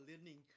learning